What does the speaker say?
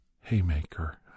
haymaker